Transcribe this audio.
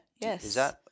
yes